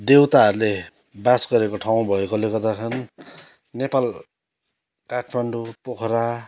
देउताहरूले बास गरेको ठाउँ भएकोले गर्दाखेरि नेपाल काठमाडौँ पोखरा